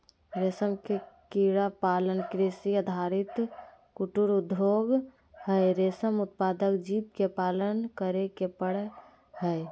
रेशम के कीड़ा पालन कृषि आधारित कुटीर उद्योग हई, रेशम उत्पादक जीव के पालन करे के पड़ हई